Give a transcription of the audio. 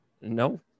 No